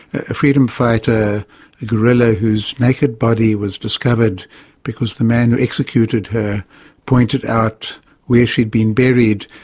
a freedom fighter, a guerilla, whose naked body was discovered because the man who executed her pointed out where she'd been buried.